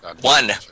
One